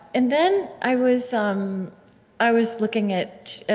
and then i was um i was looking at